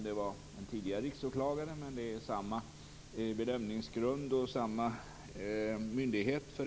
Det var en tidigare riksåklagare, men det är förvisso samma bedömningsgrund och samma myndighet.